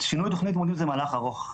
שינוי תוכנית לימודים זה מהלך ארוך,